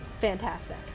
fantastic